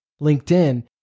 LinkedIn